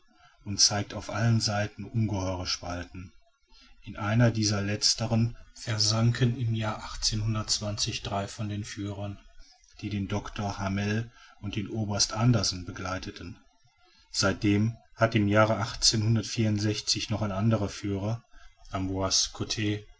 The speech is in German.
und zeigt auf allen seiten ungeheure spalten in einer dieser letzteren versanken im jahre drei von den führern die den doctor hamel und den oberst anderson begleiteten seitdem hat im jahre noch ein anderer führer